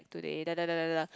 today dadadadada